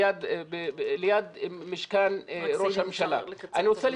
ליד מעון ראש הממשלה ------ לקצר,